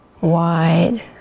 wide